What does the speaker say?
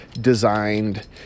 designed